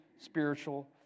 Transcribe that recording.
spiritual